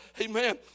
Amen